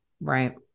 right